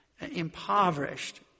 impoverished